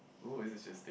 oh this is interesting